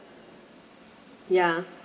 ya